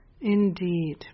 Indeed